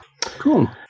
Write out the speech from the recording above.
Cool